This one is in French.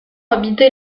habité